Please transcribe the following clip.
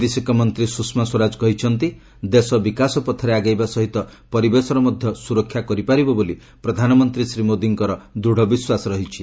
ବୈଦେଶିକ ମନ୍ତ୍ରୀ ସୁଷମା ସ୍ୱରାଜ କହିଛନ୍ତି ଦେଶ ବିକାଶ ପଥରେ ଆଗେଇବା ସହିତ ପରିବେଶର ମଧ୍ୟ ସୁରକ୍ଷା କରିପାରିବ ବୋଲି ପ୍ରଧାନମନ୍ତ୍ରୀ ଶ୍ରୀ ମୋଦିଙ୍କର ଦୃଢ଼ ବିଶ୍ୱାସ ରହିଛି